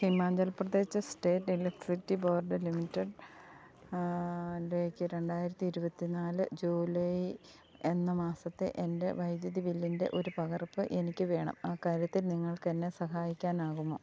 Himachal Pradesh state electricity board ലിമിറ്റഡിലേക്ക് രണ്ടായിരത്തി ഇരുപത്തിനാല് ജൂലൈ എന്ന മാസത്തെ എൻ്റെ വൈദ്യുതി ബില്ലിൻ്റെ ഒരു പകർപ്പ് എനിക്ക് വേണം ആ കാര്യത്തിൽ നിങ്ങൾക്ക് എന്നെ സഹായിക്കാനാകുമോ